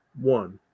One